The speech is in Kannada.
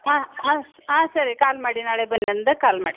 ಹಾಂ ಹಾಂ ಆಂ ಸರಿ ಕಾಲ್ ಮಾಡಿ ನಾಳೆ ಬಂದು ನಂದ ಕಾಲ್ ಮಾಡಿ